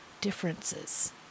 differences